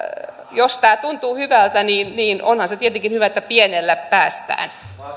jos tämä tuntuu hyvältä niin niin onhan se tietenkin hyvä että pienellä päästään